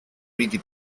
riti